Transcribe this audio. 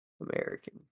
american